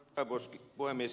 arvoisa puhemies